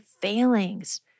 failings